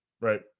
right